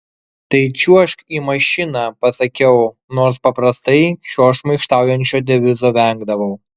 tai čiuožk į mašiną pasakiau nors paprastai šio šmaikštaujančio devizo vengdavau